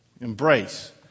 Embrace